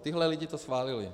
Tihle lidé to schválili.